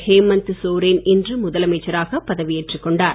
ஹேமந்த் சோரேன் இன்று முதலமைச்சராக பதவி ஏற்றுக் கொண்டார்